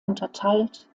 unterteilt